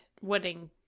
wedding